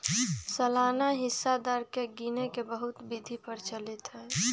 सालाना हिस्सा दर के गिने के बहुते विधि प्रचलित हइ